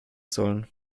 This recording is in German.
sollen